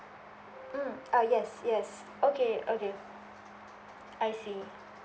mm ah yes yes okay okay I see